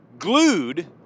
glued